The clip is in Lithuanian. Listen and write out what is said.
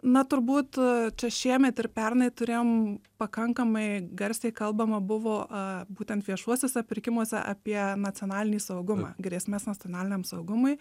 na turbūt čia šiemet ir pernai turėjom pakankamai garsiai kalbama buvo būtent viešuosiuose pirkimuose apie nacionalinį saugumą grėsmes nacionaliniam saugumui